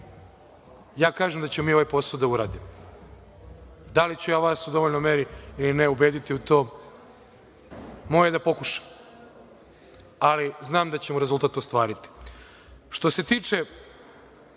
Ja kažem da ćemo mi ovaj posao da uradimo. Da li ću ja vas u dovoljnoj meri ili ne ubediti u to, moje je da pokušam, ali znam da ćemo rezultat ostvariti. Što se tiče